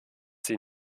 sie